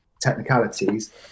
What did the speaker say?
technicalities